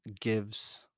gives